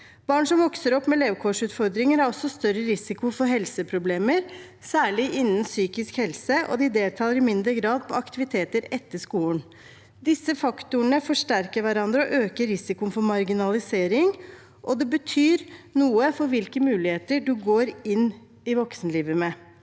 Barn som vokser opp med levekårsutfordringer, har også større risiko for helseproblemer, særlig innen psykisk helse, og de deltar i mindre grad på aktiviteter etter skolen. Disse faktorene forsterker hverandre og øker risikoen for marginalisering, og det betyr noe for hvilke muligheter en går inn i voksenlivet med.